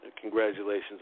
Congratulations